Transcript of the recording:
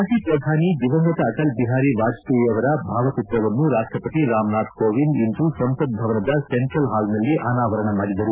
ಮಾಜಿ ಪ್ರಧಾನಿ ದಿವಂಗತ ಅಟಲ್ ಬಿಹಾರಿ ವಾಜಪೇಯಿ ಅವರ ಭಾವಚಿತ್ರವನ್ನು ರಾಷ್ಟಪತಿ ರಾಮನಾಥ್ ಕೋವಿಂದ್ ಇಂದು ಸಂಸತ್ ಭವನದ ಸೆಂಟ್ರಲ್ ಹಾಲ್ನಲ್ಲಿ ಅನಾವರಣ ಮಾಡಿದರು